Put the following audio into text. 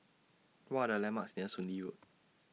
What Are The landmarks near Soon Lee Road